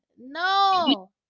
No